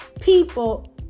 people